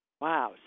Wow